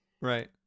Right